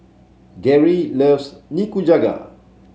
Geri loves Nikujaga